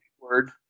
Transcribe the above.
word